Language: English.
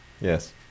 Yes